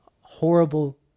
horrible